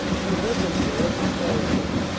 he led them toward the strong point.